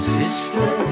sister